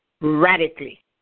radically